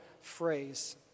phrase